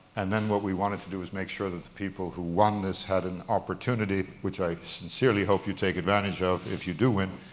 and then what we wanted to do is make sure that the people who won this had an opportunity, which i hope you take advantage of, if you do win,